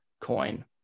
coin